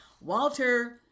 Walter